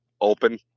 open